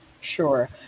Sure